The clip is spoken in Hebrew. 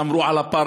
שמרו על הפארק,